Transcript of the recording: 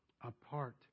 apart